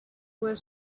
were